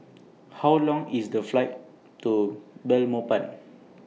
How Long IS The Flight to Belmopan